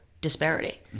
disparity